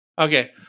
Okay